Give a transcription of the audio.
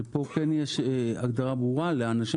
שפה כן יש הגדרה ברורה לאנשים